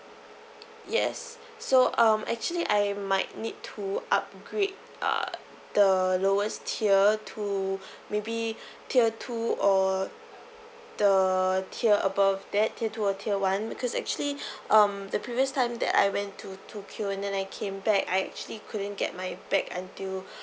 yes so um actually I might need to upgrade err the lowest tier to maybe tier two or the tier above that tier two or tier one because actually um the previous time that I went to tokyo and then I came back I actually couldn't get my bag until